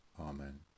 Amen